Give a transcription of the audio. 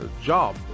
job